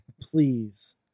Please